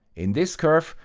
in this curve,